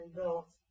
adults